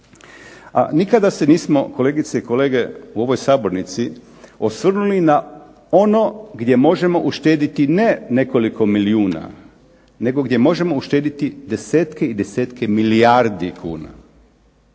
A nikada se nismo kolegice i kolege u ovoj sabornici osvrnuli na ono gdje možemo uštediti ne nekoliko milijuna, nego gdje možemo uštediti desetke i desetke milijardi kuna.